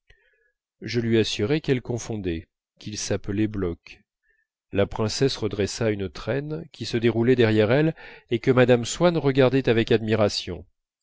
je lui assurai qu'elle confondait qu'il s'appelait bloch la princesse redressa une traîne qui se déroulait derrière elle et que mme swann regardait avec admiration